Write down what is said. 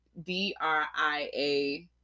D-R-I-A